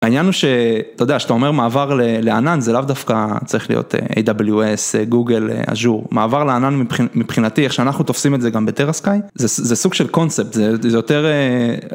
העניין הוא שאתה יודע, כשאתה אומר מעבר לענן, זה לאו דווקא צריך להיות AWS, Google, Azure, מעבר לענן מבחינתי, איך שאנחנו תופסים את זה גם ב Terra Sky, זה סוג של קונספט, זה יותר.